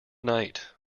night